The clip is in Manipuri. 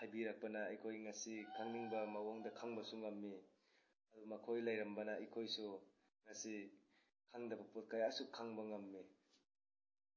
ꯍꯥꯏꯕꯤꯔꯛꯄꯅ ꯑꯩꯈꯣꯏ ꯉꯁꯤ ꯈꯪꯅꯤꯡꯕ ꯃꯑꯣꯡꯗ ꯈꯪꯕꯁꯨ ꯉꯝꯃꯤ ꯑꯗꯨ ꯃꯈꯣꯏ ꯂꯩꯔꯝꯕꯅ ꯑꯩꯈꯣꯏꯁꯨ ꯉꯁꯤ ꯈꯪꯗꯕ ꯄꯣꯠ ꯀꯌꯥꯁꯨ ꯈꯪꯕ ꯉꯝꯃꯤ